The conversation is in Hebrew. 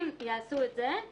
אם יעשו את זה,